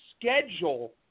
schedule